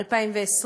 2020,